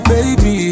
Baby